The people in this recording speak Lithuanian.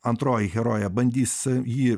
antroji herojė bandys jį